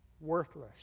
worthless